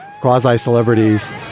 quasi-celebrities